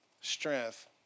strength